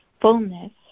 fullness